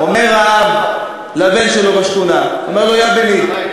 אומר האב לבן שלו בשכונה, הוא אומר: לו, יא בני,